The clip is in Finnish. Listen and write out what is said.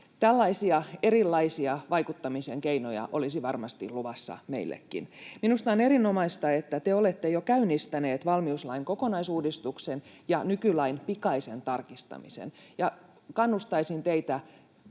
Tällaisia erilaisia vaikuttamisen keinoja olisi varmasti luvassa meillekin. Minusta on erinomaista, että te olette jo käynnistäneet valmiuslain kokonaisuudistuksen ja nykylain pikaisen tarkistamisen. Ja kannustaisin teitä